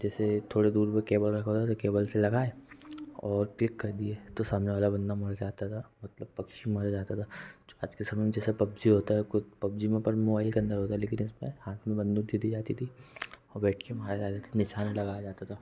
जैसे थोड़ी दूर पर केबल रखा होता था केबल से लगा है और क्लिक कर दिए तो सामने वाला बंदा मर जाता था मतलब पक्षी मर जाता था जो आज के समय में जैसा पक्षी होता है कोई पब्जी में अपन मोबाइल के अंदर होता है लेकिन इसमें हाथ में बंदूक दे दी जाती थी और बैठ के मारा जाता था निशाना लगाया जाता था